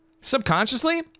subconsciously